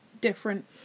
different